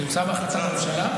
זה נמצא בהחלטת ממשלה?